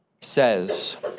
Says